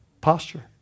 posture